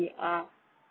we are